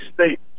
state